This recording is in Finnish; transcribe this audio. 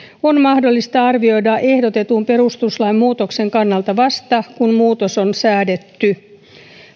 on mahdollista arvioida ehdotetun perustuslain muutoksen kannalta vasta kun muutos on säädetty